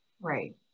right